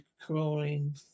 crawling